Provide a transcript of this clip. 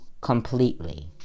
completely